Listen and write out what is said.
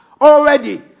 already